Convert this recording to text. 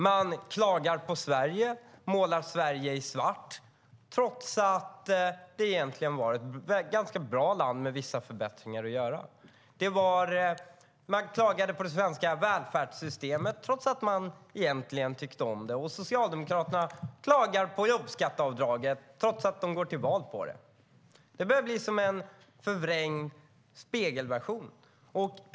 Man klagar på Sverige, målar Sverige i svart, trots att det egentligen var ett ganska bra land med vissa förbättringar att göra. Man klagade på det svenska välfärdssystemet trots att man egentligen tyckte om det. Och Socialdemokraterna klagar på jobbskatteavdraget, trots att de går till val på det. Det börjar bli som en förvrängd spegelversion.